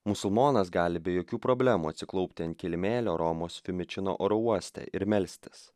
musulmonas gali be jokių problemų atsiklaupti ant kilimėlio romos fimičino oro uoste ir melstis